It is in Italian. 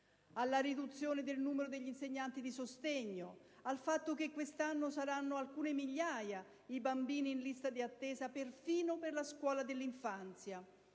alla riduzione del numero degli insegnanti di sostegno, al fatto che quest'anno saranno alcune migliaia i bambini in lista di attesa, persino per la scuola dell'infanzia,